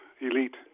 elite